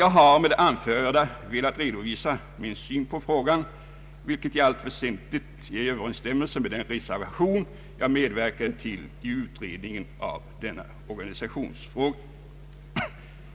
Jag har med det anförda velat redovisa min syn på frågan, vilket i allt väsentligt är i överensstämmelse med den reservation jag medverkat till i utredningen av denna organisationsfråga.